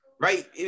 Right